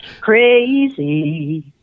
Crazy